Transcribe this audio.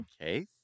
okay